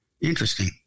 Interesting